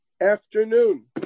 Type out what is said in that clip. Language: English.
afternoon